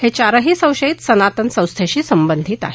हे चारही संशयित सनातन संस्थेशी संबधीत आहेत